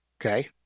Okay